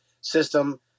system